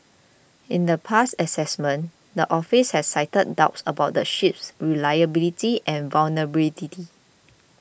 in the past assessments the office has cited doubts about the ship's reliability and vulnerability